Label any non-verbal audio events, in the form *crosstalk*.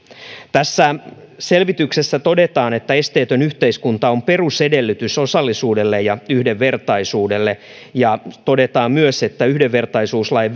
tässä selvityksessä todetaan että esteetön yhteiskunta on perusedellytys osallisuudelle ja yhdenvertaisuudelle ja todetaan myös että yhdenvertaisuuslain *unintelligible*